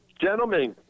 Gentlemen